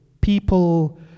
people